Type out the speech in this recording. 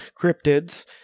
cryptids